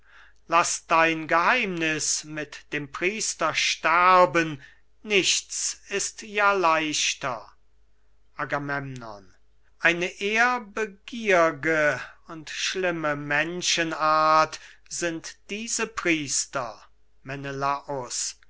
laß dein geheimniß mit dem priester sterben nichts ist ja leichter agamemnon eine ehrbegier'ge und schlimme menschenart sind diese priester menelaus